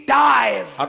dies